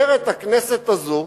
אומרת הכנסת הזאת: